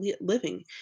living